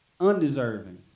undeserving